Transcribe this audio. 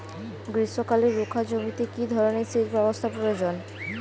গ্রীষ্মকালে রুখা জমিতে কি ধরনের সেচ ব্যবস্থা প্রয়োজন?